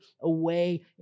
away